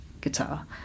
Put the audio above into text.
guitar